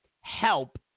help